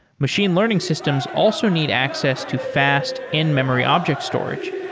machine learning systems also need access to fast in-memory object storage,